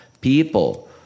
people